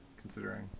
considering